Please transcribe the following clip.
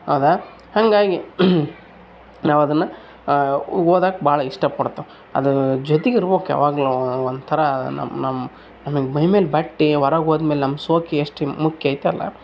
ಹೌದ ಹಂಗಾಗಿ ನಾವು ಅದನ್ನು ಓದೋಕ್ ಭಾಳ್ ಇಷ್ಟಪಡ್ತೀವ್ ಅದೂ ಜೊತೆಗ್ ಇರ್ಬೇಕ್ ಯಾವಾಗಲೂ ಒಂಥರಾ ನಮ್ಮ ನಮ್ಮ ಮೈಮೇಲೆ ಬಟ್ಟೆ ಹೊರಾಗ್ ಹೋದ್ ಮೇಲೆ ನಮ್ಮ ಶೋಕಿ ಎಷ್ಟು ಮುಖ್ಯ ಐತಲ್ಲ